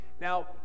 now